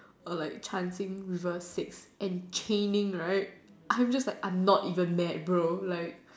or like chanting reverse six and caning right I'm just like I'm not even mad bro like